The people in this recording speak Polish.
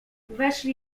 weszli